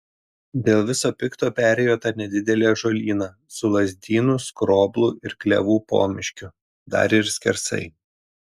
dėl viso pikto perėjo tą nedidelį ąžuolyną su lazdynų skroblų ir klevų pomiškiu dar ir skersai